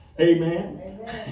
Amen